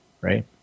right